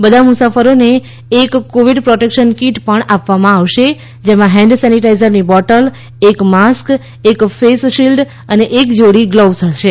બધા મુસાફરોને એક કોવીડ પ્રોટેક્શન કીટ આપવામાં આવશે જેમાં હેન્ડ સેનિટાઇઝરની બોટલ એક માસ્ક એક ફેસ શિલ્ડ અને એક જોડી ગ્લોવ્સ હશે